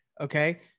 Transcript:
okay